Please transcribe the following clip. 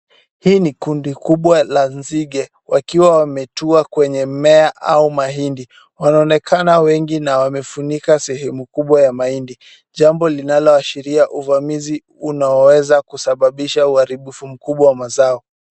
Hii ni kundi kubwa ya nzige wakiwa wametua kwenye mmea au mahindi. Wanaonekana wengi na wamefunika sehemu kubwa ya mahindi .Jambo linaloashiria uvamizi unaoweza kusababisha uharibifu mkubwa wa mazao.